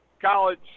college